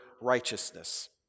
righteousness